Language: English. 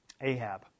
Ahab